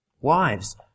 Wives